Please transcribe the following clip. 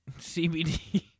cbd